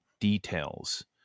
details